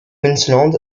queensland